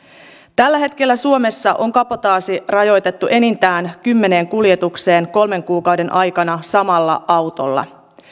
tällä hetkellä suomessa on kabotaasi rajoitettu enintään kymmeneen kuljetukseen kolmen kuukauden aikana samalla autolla